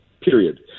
period